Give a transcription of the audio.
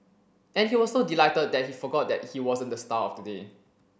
and he was so delighted that he forgot that he wasn't the star of the day